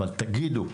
אבל תגידו,